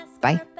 Bye